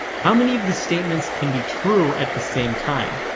how many of the statements can be true at the same time?